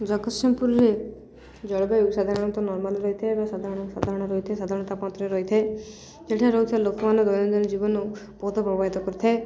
ଜଗତସିଂହପୁରରେ ଜଳବାୟୁ ସାଧାରଣତଃ ନର୍ମାଲ୍ ରହିଥାଏ ବା ସାଧାରଣ ସାଧାରଣ ରହିଥାଏ ସାଧାରଣ ତାପମାତ୍ରା'ରେ ରହିଥାଏ ଏଠାରେ ରହିଥିବା ଲୋକମାନଙ୍କ ଦୈନନ୍ଦିନ ଜୀବନ ବହୁତ ପ୍ରଭାବିତ କରିଥାଏ